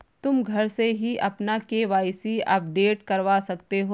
तुम घर से ही अपना के.वाई.सी अपडेट करवा सकते हो